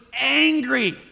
angry